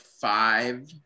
five